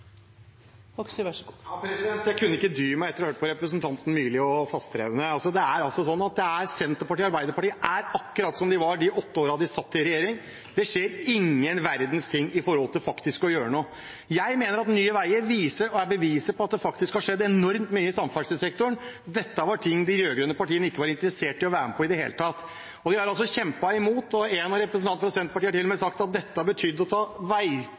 sånn som de var de åtte årene de satt i regjering, det skjer ingen verdens ting når det gjelder faktisk å gjøre noe. Jeg mener at Nye Veier er beviset på at det faktisk har skjedd enormt mye i samferdselssektoren. Dette var ting de rød-grønne partiene ikke var interessert i å være med på i det hele tatt. De har altså kjempet imot, og en av representantene fra Senterpartiet har til og med sagt at dette betydde å ta veiutbygging tiår tilbake i tid. Realiteten og resultatene er at Nye Veier er en kjempesuksess. Da må vi gjøre noe av den samme suksessen på jernbane som vi gjorde på vei,